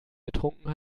getrunken